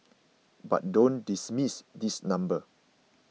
but don't dismiss this number